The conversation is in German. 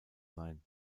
sein